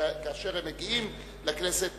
שכאשר הם מגיעים לכנסת,